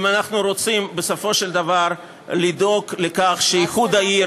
אם אנחנו רוצים בסופו של דבר לדאוג לכך שאיחוד העיר